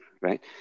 right